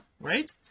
right